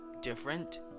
different